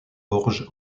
orge